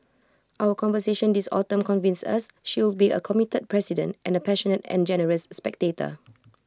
our conversations this autumn convince us she will be A committed president and A passionate and generous spectator